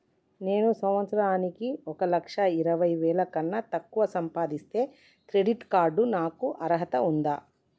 నేను సంవత్సరానికి ఒక లక్ష ఇరవై వేల కన్నా తక్కువ సంపాదిస్తే క్రెడిట్ కార్డ్ కు నాకు అర్హత ఉందా?